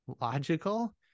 logical